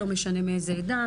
לא משנה מאיזו עדה,